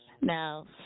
Now